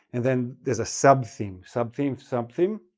and then there's a subtheme, subtheme, subtheme,